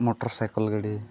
motor cycle ᱜᱟᱹᱰᱤ